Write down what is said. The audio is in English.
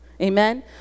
Amen